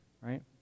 right